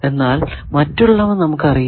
എന്നാൽ മറ്റുള്ളവ നമുക്കറിയില്ല